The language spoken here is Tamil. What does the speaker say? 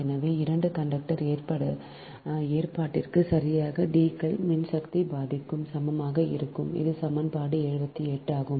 எனவே 2 கண்டக்டர் ஏற்பாட்டிற்கு சரியான D கள் மின்சக்தி பாதிக்கு சமமாக இருக்கும் இது சமன்பாடு 78 ஆகும்